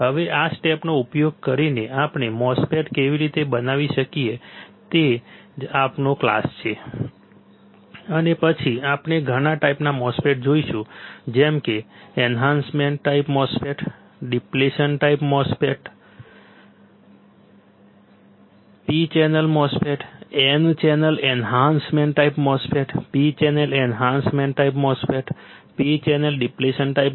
હવે આ સ્ટેપ્સનો ઉપયોગ કરીને આપણે MOSFET કેવી રીતે બનાવી શકીએ તે જ આજનો ક્લાસ છે અને પછી આપણે ઘણા ટાઈપના MOSFET જોઈશું જેમ કે enhancement type MOSFET depletion type MOSFET P channel MOSFET N channel enhancement type MOSFET P channel enhancement type MOSFET P channel depletion type